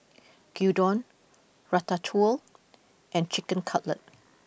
Gyudon Ratatouille and Chicken Cutlet